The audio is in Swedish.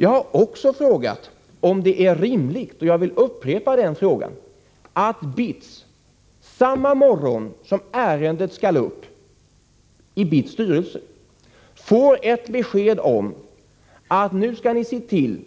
Jag har också frågat om det är rimligt — och jag vill upprepa den frågan — att BITS samma morgon som ärendet skall upp i BITS styrelse får ett besked om att man skall se till